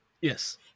yes